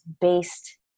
based